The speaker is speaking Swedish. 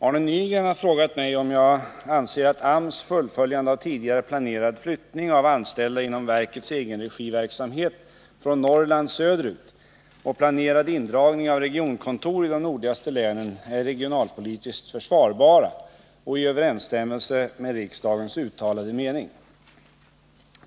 Fru talman! Arne Nygren har frågat mig om jag anser att AMS fullföljande av tidigare planerad flyttning av anställda inom verkets egenregiverksamhet från Norrland söderut och planerad indragning av regionkontor i de nordligaste länen är regionalpolitiskt försvarbara och i överensstämmelse med riksdagens uttalade mening.